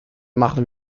machen